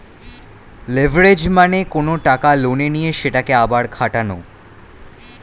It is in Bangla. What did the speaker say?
লিভারেজ মানে কোনো টাকা লোনে নিয়ে সেটাকে আবার খাটানো